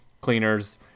cleaners